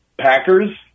Packers